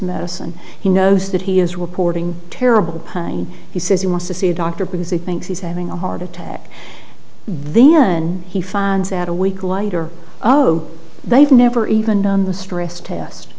medicine he knows that he is reporting terrible pain he says he wants to see a doctor because it thinks he's having a heart attack then he finds out a week lighter oh they've never even done the stress test